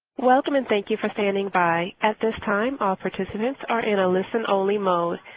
welcome and thank you for standing by. at this time all participants are in a listen-only mode.